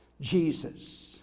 Jesus